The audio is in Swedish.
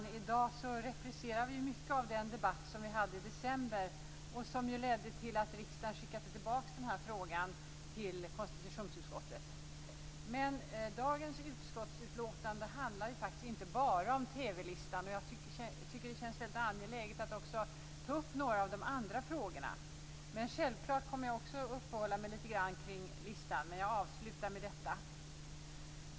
I dag repriserar vi mycket av den debatt om vi hade i december, som ledde till att riksdagen skickade tillbaks denna fråga till konstitutionsutskottet. Men dagens utskottsutlåtande handlar faktiskt inte bara om TV-listan. Jag tycker att det känns väldigt angeläget att också ta upp några av de andra frågorna. Självklart kommer jag också att uppehålla mig lite grann vid listan, men jag avslutar med det.